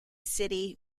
city